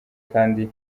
kandi